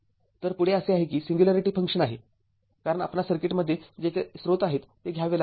तर पुढे असे आहे की सिंग्युलॅरिटी फंक्शन आहे कारण आपणास सर्किटमध्ये जेथे स्रोत आहे ते घ्यावे लागेल